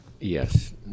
Yes